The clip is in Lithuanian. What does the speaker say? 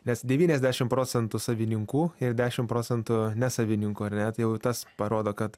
nes devyniasdešim procentų savininkų ir dešim procentų nesavininkų ar ne tai jau tas parodo kad